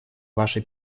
ваше